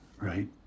right